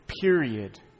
period